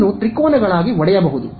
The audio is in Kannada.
ಅದನ್ನು ತ್ರಿಕೋನಗಳಾಗಿ ಒಡೆಯಬಹುದು